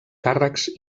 càrrecs